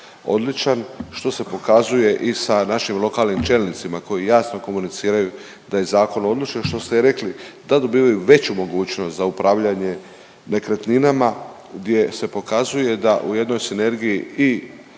odličan što se pokazuje i sa našim lokalnim čelnicima koji jasno komuniciraju da je zakon odličan što ste rekli, tad dobivaju veću mogućnost za upravljanje nekretninama gdje se pokazuje da u jednoj sinergiji i